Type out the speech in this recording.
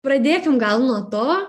pradėkim gal nuo to